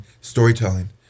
storytelling